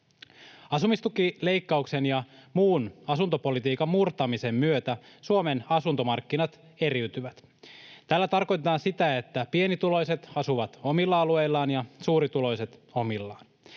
Asumistukileikkauksen ja muun asuntopolitiikan murtamisen myötä Suomen asuntomarkkinat eriytyvät. Tällä tarkoitetaan sitä, että pienituloiset asuvat omilla alueillaan ja suurituloiset omillaan.